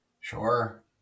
Sure